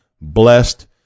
blessed